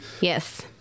Yes